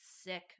sick